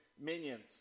minions